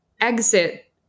exit